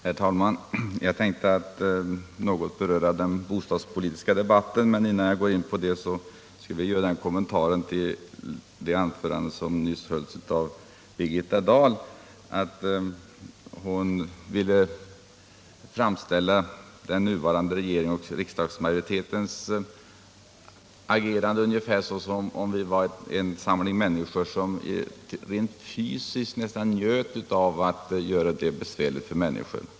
Herr talman! Jag tänkte något komma in på den bostadspolitiska debatten. Men innan jag gör det skulle jag vilja kommentera det anförande som nyss hölls av Birgitta Dahl. Hon ville framställa den nuvarande regeringens och riksdagsmajoritetens agerande ungefär som om vi var en samling människor som rent fysiskt njöt av att göra det besvärligt för människor.